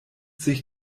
sich